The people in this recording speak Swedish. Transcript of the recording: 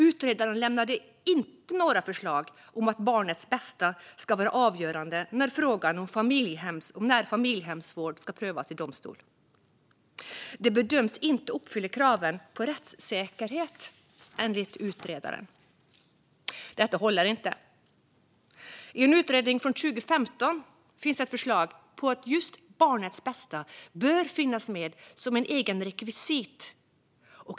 Utredaren lämnade inte några förslag om att barnets bästa ska vara avgörande när familjehemsvård ska prövas i domstol. Det bedöms inte uppfylla kraven på rättssäkerhet, enligt utredaren. Detta håller inte. I en utredning från 2015 finns ett förslag på att just barnets bästa bör finnas med som ett eget rekvisit.